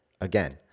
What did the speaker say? Again